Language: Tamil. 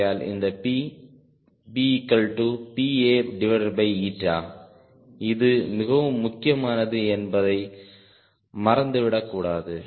ஆகையால் இந்த P PPA இது மிகவும் முக்கியமானது என்பதை மறந்துவிடக் கூடாது